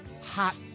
hot